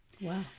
Wow